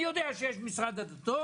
אני יודע שיש משרד הדתות.